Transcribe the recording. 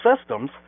systems